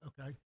okay